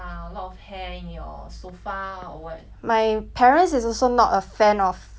my parents is also not a fan of pets lah my mother 就跟我说 like